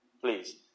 Please